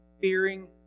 fearing